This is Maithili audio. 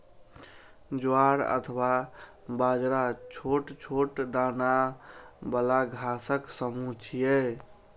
ज्वार अथवा बाजरा छोट छोट दाना बला घासक समूह छियै